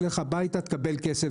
לך הביתה ותקבל כסף".